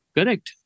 Correct